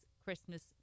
Christmas